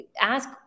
ask